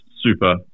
super